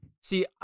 see